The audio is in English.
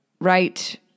right